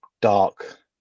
dark